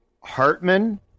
Hartman